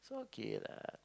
it's okay lah